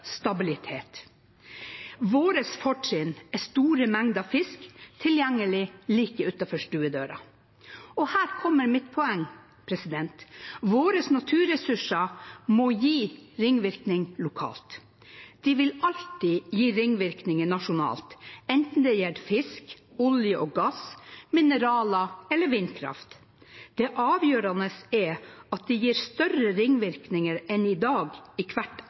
stabilitet. Vårt fortrinn er store mengder fisk tilgjengelig like utenfor stuedøren. Og her kommer mitt poeng: Våre naturressurser må gi ringvirkninger lokalt. De vil alltid gi ringvirkninger nasjonalt, enten det gjelder fisk, olje og gass, mineraler eller vindkraft. Det avgjørende er at de gir større ringvirkninger enn i dag i hvert